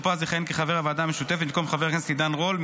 פז יכהן כחבר הוועדה המשותפת במקום חבר הכנסת עידן רול,